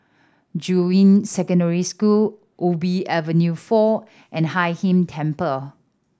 Juying Secondary School Ubi Avenue Four and Hai Inn Temple